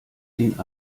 den